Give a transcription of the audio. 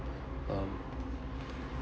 um